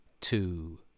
two